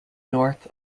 north